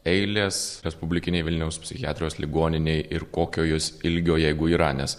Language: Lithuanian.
eilės respublikinėj vilniaus psichiatrijos ligoninėj ir kokio jos ilgio jeigu yra nes